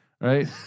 Right